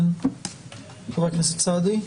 חבר הכנסת סעדי.